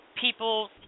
people